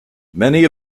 many